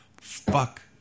Fuck